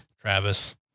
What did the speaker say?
Travis